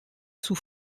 sous